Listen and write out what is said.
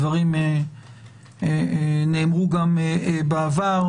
הדברים נאמרו גם בעבר,